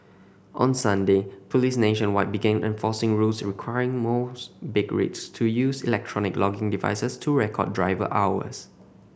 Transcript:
on Sunday police nationwide began enforcing rules requiring most big rigs to use electronic logging devices to record driver hours